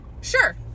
sure